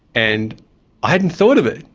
and i hadn't thought of it,